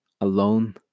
alone